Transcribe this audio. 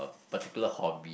particular hobby